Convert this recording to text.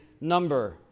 number